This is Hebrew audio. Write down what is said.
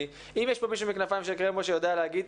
אם יש פה מישהו מ'כנפיים של קרמבו' שיודע להגיד,